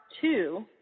two